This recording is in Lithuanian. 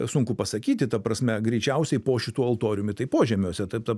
sunku pasakyti ta prasme greičiausiai po šituo altoriumi tai požemiuose taip ta